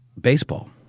baseball